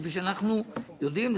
כפי שאנחנו יודעים,